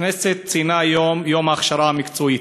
הכנסת ציינה היום את יום ההכשרה המקצועית,